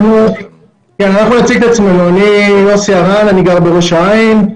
אני גר בראש העין,